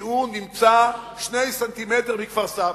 כי הוא נמצא שני סנטימטרים מכפר-סבא.